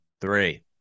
Three